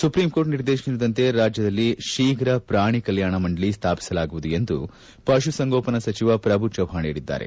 supreme court ನಿರ್ದೇಶನದಂತೆ ರಾಜ್ಯದಲ್ಲಿ ಶೀಘ ಪ್ರಾಣಿ ಕಲ್ಕಾಣ ಮಂಡಳಿ ಸ್ಥಾಪಿಸಲಾಗುವುದು ಎಂದು ಪಶು ಸಂಗೋಪನಾ ಸಚಿವ ಪ್ರಭು ಚೌಪಾಣ್ ಪೇಳಿದ್ದಾರೆ